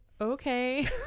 okay